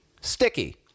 sticky